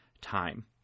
time